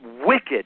wicked